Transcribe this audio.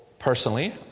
Personally